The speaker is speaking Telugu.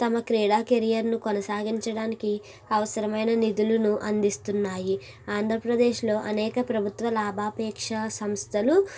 తమ క్రీడా కెరియర్ను కొనసాగించడానికి అవసరమైన నిధులను అందిస్తున్నాయి ఆంధ్రప్రదేశ్లో అనేక ప్రభుత్వ లాభాపేక్ష సంస్థలు